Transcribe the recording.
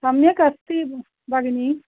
सम्यक् अस्ति भगिनी